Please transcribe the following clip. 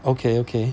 okay okay